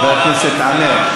חבר הכנסת עמאר,